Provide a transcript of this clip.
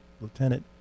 lieutenant